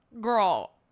girl